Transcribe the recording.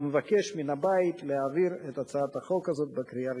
ומבקש מהבית להעביר את הצעת החוק הזאת בקריאה הראשונה.